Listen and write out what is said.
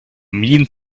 mean